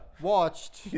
Watched